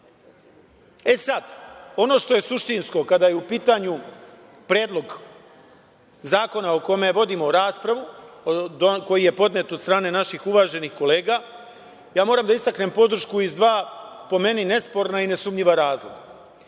sad, ono što je suštinsko kada je u pitanju Predlog zakona o kome vodimo raspravu, koji je podnet od strane naših uvaženih kolega, ja moram da istaknem podršku iz dva, po meni, nesporna i nesumnjiva razloga.